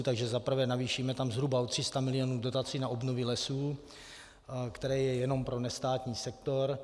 Takže zaprvé navýšíme tam zhruba o 300 milionů dotací na obnovy lesů, které jsou jenom pro nestátní sektor.